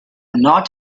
not